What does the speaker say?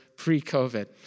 pre-COVID